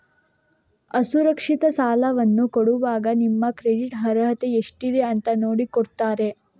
ಅಸುರಕ್ಷಿತ ಸಾಲವನ್ನ ಕೊಡುವಾಗ ನಿಮ್ಮ ಕ್ರೆಡಿಟ್ ಅರ್ಹತೆ ಎಷ್ಟಿದೆ ಅಂತ ನೋಡಿ ಕೊಡ್ತಾರೆ